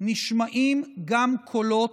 נשמעים גם קולות,